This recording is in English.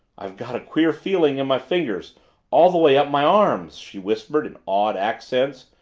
i've got a queer feeling in my fingers all the way up my arms, she whispered in awed accents,